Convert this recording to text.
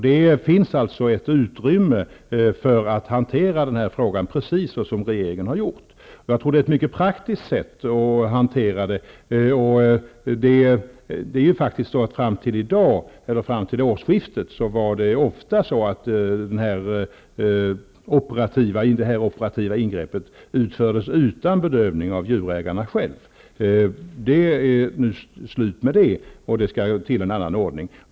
Det finns alltså ett utrymme för att hantera denna fråga precis så som regeringen har gjort. Jag tror att det är ett mycket praktiskt sätt att hantera det. Fram till årsskiftet var det faktiskt ofta så att det här operativa ingreppet utfördes utan bedövning, av djurägarna själva. Det är nu slut på det, och det krävs en annan ordning.